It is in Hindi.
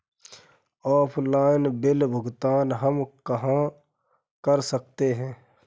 ऑफलाइन बिल भुगतान हम कहां कर सकते हैं?